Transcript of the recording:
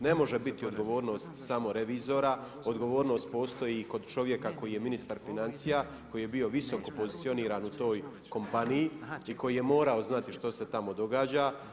Ne može biti odgovornost samo revizora, odgovornost postoji i kod čovjeka koji je ministar financija, koji je bio visoko pozicioniran u toj kompaniji i koji je morao znati što se tamo događa.